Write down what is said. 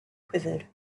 quivered